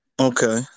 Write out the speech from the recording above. Okay